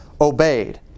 obeyed